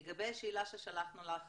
לגבי השאלה ששלחנו לך